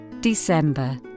December